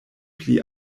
pli